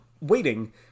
waiting